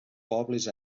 pobles